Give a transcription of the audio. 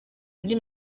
indi